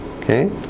Okay